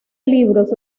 libros